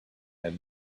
had